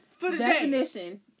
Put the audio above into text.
Definition